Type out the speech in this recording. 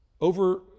Over